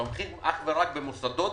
תומכים אך ורק במוסדות